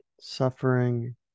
Suffering